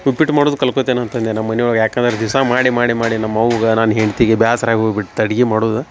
ಉಪ್ಪಿಟ್ಟ್ ಮಾಡುದ ಕಲ್ಕೊತೇನಿ ಅಂತಂದೆ ನಮ್ಮ ಮನೆ ಒಳಗೆ ಯಾಕಂದ್ರ ದಿವಸ ಮಾಡಿ ಮಾಡಿ ಮಾಡಿ ನಮ್ಮವ್ಗ ನನ್ನ ಹೆಂಡತಿಗೆ ಬ್ಯಾಸ್ರ ಆಗಿ ಹೋಗ್ಬಿಡ್ತ ಅಡ್ಗಿ ಮಾಡೋದ